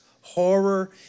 horror